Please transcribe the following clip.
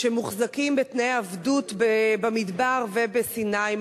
שמוחזקים בתנאי עבדות במדבר ובסיני,